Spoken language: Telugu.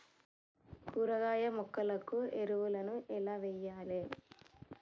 కూరగాయ మొక్కలకు ఎరువులను ఎలా వెయ్యాలే?